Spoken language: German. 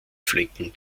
flecken